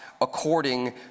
according